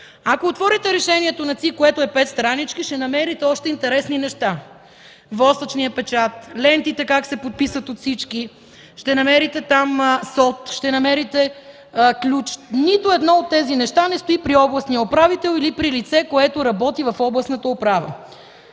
Ако отворите решението на ЦИК, което е пет странички, ще намерите още интересни неща – восъчният печат, как се подписват лентите от всички, ще намерите там СОТ, ще намерите ключ. Нито едно от тези неща не стои при областния управител или при лице, което работи в областната управа.